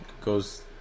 Goes